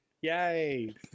Yay